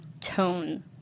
tone